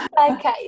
Okay